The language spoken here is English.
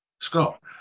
Scott